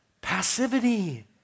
Passivity